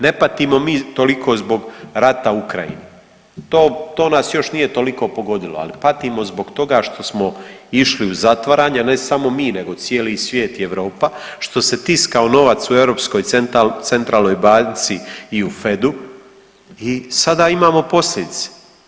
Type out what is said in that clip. Ne patimo mi toliko zbog rata u Ukrajini, to nas još nije toliko pogodilo, ali patimo zbog toga što smo išli u zatvaranje, ne samo mi nego cijeli svijet i Europa, što se tiskao novac u Europskoj centralnoj banci i u FED-u i sada imamo posljedice.